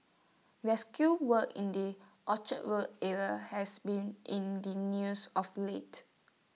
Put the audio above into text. rescue work in the Orchard road area has been in the news of late